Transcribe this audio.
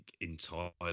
entirely